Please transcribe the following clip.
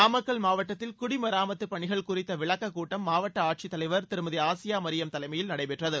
நாமக்கல் மாவட்டத்தில் குடிமராமத்துப் பணிகள் குறித்த விளக்கக் கூட்டம் மாவட்ட ஆட்சியர் திருமதி ஆசியா மரியம் தலைமையில் நடைபெற்றது